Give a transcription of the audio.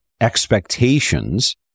expectations